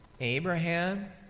Abraham